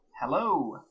Hello